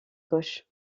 gauche